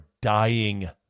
dying